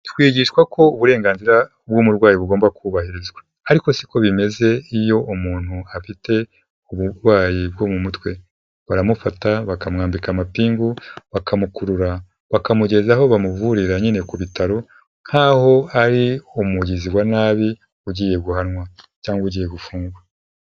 Twigishwa ko uburenganzira bw'umurwayi bugomba kubahirizwa ariko siko bimeze iyo umuntu afite uburwayi bwo mu mutwe, baramufata bakamwambika amapingu bakamukurura bakamugeza aho bamuvurira nyine ku bitaro nkaho ari umugizi wa nabi ugiye guhanwa cyangwa ugiye gufungwa.